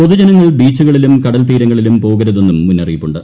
പൊതുജനങ്ങൾ ബീച്ചുകളിലും കടൽത്തീരങ്ങളിലും പോകരൂത്തെന്നും മുന്നറിയിപ്പുണ്ട്